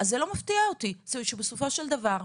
אז זה לא מפתיע אותי שבסופו של דבר,